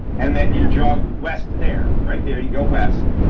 and then you draw west there. right there you go, west.